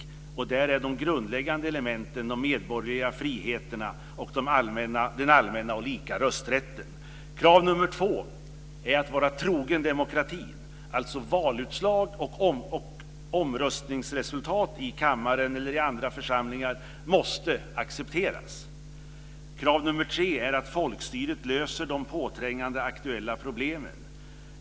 Där är de grundläggande elementen de medborgerliga friheterna och den allmänna och lika rösträtten. Krav nummer två är att vara trogen demokratin, alltså valutslag och omröstningsresultat i kammaren eller i andra församlingar måste accepteras. Krav nummer tre är att folkstyret löser de påträngande aktuella problemen.